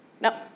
No